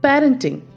Parenting